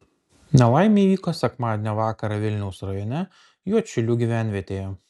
nelaimė įvyko sekmadienio vakarą vilniaus rajone juodšilių gyvenvietėje